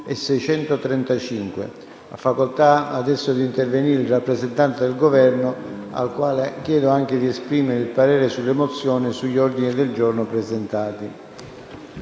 e 635. Ha facoltà di parlare il rappresentante del Governo, al quale chiedo di esprimere il parere sulle mozioni e sugli ordini del giorno presentati.